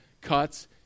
cuts